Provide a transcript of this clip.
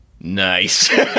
nice